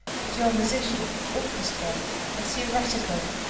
but your musician, orchestral and theoretical,